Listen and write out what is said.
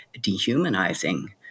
dehumanizing